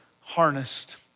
harnessed